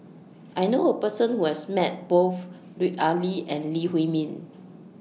I knew A Person Who has Met Both Lut Ali and Lee Huei Min